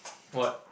what